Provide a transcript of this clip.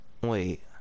wait